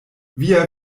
via